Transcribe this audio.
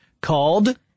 called